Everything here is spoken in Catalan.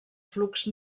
flux